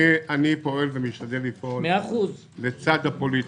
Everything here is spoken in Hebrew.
אני פועל ומשתדל לפעול לצד הפוליטיקה.